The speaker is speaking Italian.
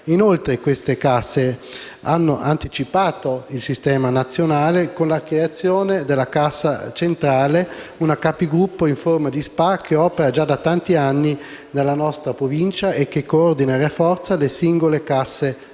Inoltre queste casse hanno anticipato il sistema nazionale con la creazione della Cassa centrale, una capigruppo in forma di SpA che opera da tanti anni nella nostra Provincia e che coordina e rafforza le singole casse aderenti.